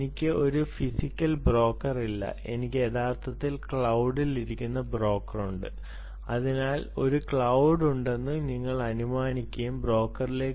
എനിക്ക് ഒരു physical broker ഇല്ല എനിക്ക് യഥാർത്ഥത്തിൽ ക്ളൌഡിൽ ഇരിക്കുന്ന ബ്രോക്കർ ഉണ്ട് അതിനാൽ ഒരു ക്ളൌഡ് ഉണ്ടെന്ന് ഞങ്ങൾ അനുമാനിക്കുകയും ബ്രോക്കറിലേക്ക്